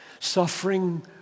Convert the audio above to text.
Suffering